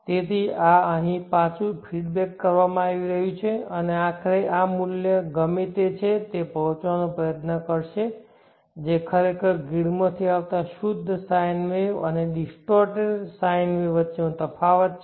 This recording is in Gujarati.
તેથી આ અહીં પાછું ફીડબેક કરવામાં આવી રહ્યું છે અને આખરે આ મૂલ્ય ગમે તે છે તે પહોંચવાનો પ્રયત્ન કરશે જે ખરેખર ગ્રીડમાંથી આવતા શુદ્ધ sine અને ડિસ્ટોર્ટેડ sine વચ્ચેનો તફાવત છે